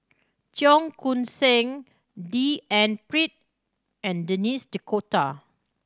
Cheong Koon Seng D N Pritt and Denis D'Cotta